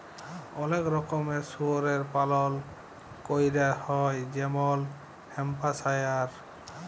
অলেক রকমের শুয়রের পালল ক্যরা হ্যয় যেমল হ্যাম্পশায়ার